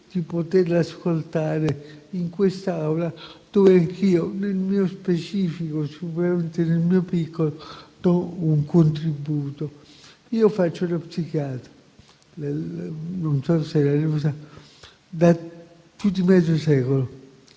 di poterla ascoltare in quest'Aula, dove anch'io nel mio specifico, sicuramente nel mio piccolo, do un contributo. Faccio lo psichiatra da più di mezzo secolo